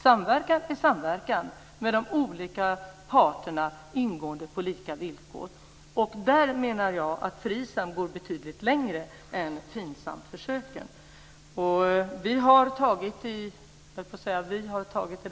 Samverkan är samverkan mellan de olika ingående parterna på lika villkor. Där menar jag att FRISAM går betydligt längre än FINSAM-försöken.